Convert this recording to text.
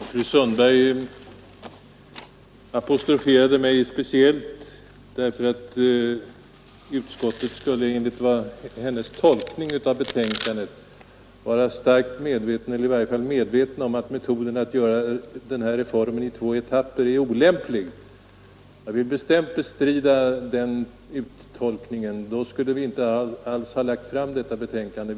Herr talman! Fru Sundberg apostroferade mig speciellt, när hon sade Onsdagen den att utskottet enligt hennes tolkning av betänkandet skulle vara medvetet 30 maj 1973 om att metoden att göra den här reformen i två etapper är olämplig. Jag vill bestämt bestrida den uttolkningen. Då skulle vi inte alls ha lagt fram detta betänkande.